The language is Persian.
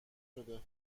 شده